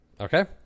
okay